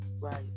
Right